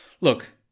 look